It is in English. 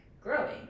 growing